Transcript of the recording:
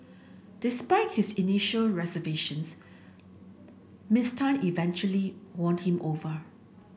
despite his initial reservations Miss Tan eventually won him over